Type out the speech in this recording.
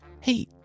Hey